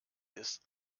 ist